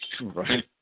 Right